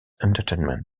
entertainment